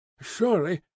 surely